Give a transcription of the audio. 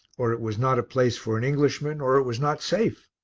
or it was not a place for an englishman or it was not safe.